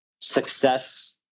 success